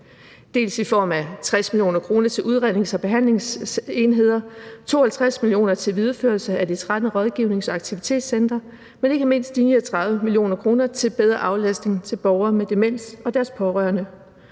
bl.a. afsat 60 mio. kr. til udrednings- og behandlingsenheder, 52 mio. kr. til videreførelse af de 13 rådgivnings- og aktivitetscentre og ikke mindst 39 mio. kr. til bedre aflastning til borgere med demens og deres pårørende